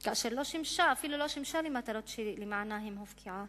כאשר היא אפילו לא שימשה למטרות שלמענן היא הופקעה?